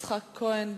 יצחק כהן,